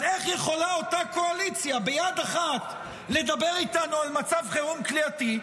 אז איך יכולה אותה קואליציה ביד אחת לדבר איתנו על מצב חירום כליאתי,